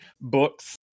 books